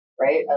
right